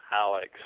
Alex